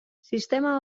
sistema